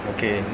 Okay